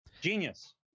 Genius